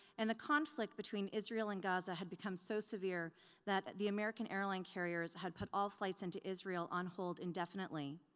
and the conflict between israel and gaza had become so severe that the american airline carriers had put all flights into israel on hold indefinitely.